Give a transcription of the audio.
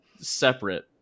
separate